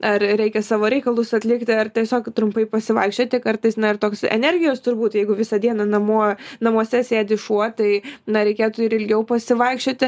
ar reikia savo reikalus atlikti ar tiesiog trumpai pasivaikščioti kartais ir toks energijos turbūt jeigu visą dieną namuo namuose sėdi šuo tai na reikėtų ir ilgiau pasivaikščioti